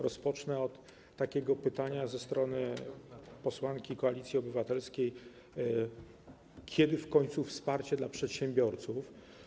Rozpocznę od takiego pytania ze strony posłanki Koalicji Obywatelskiej: Kiedy w końcu wsparcie dla przedsiębiorców?